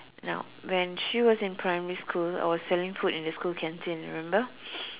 now when she was in primary school I was selling food in the school canteen remember